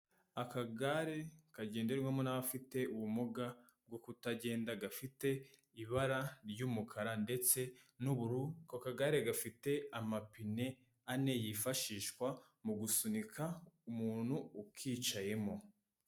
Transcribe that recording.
Akagare kagenderwamo n'abafite ubumuga bwo kutagenda gafite ibara ry'umukara ndetse n'ubururu, ako kagare gafite amapine ane yifashishwa mu gusunika umuntu ukicayemo.